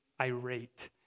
irate